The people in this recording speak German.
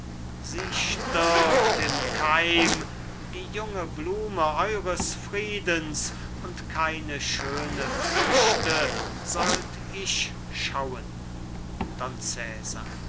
hoffnungen sie stirbt im keim die junge blume eures friedens und keine schöne früchte sollt ich schauen